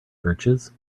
birches